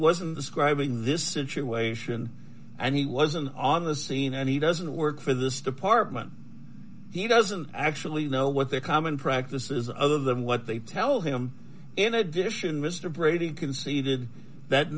wasn't describing this situation and he wasn't on the scene and he doesn't work for this department he doesn't actually know what their common practice is other than what they tell him in addition mr brady conceded that